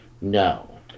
No